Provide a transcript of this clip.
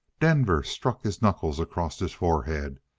denver struck his knuckles across his forehead.